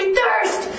thirst